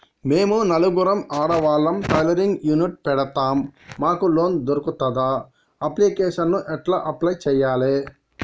మేము నలుగురం ఆడవాళ్ళం టైలరింగ్ యూనిట్ పెడతం మాకు లోన్ దొర్కుతదా? అప్లికేషన్లను ఎట్ల అప్లయ్ చేయాలే?